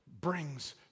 brings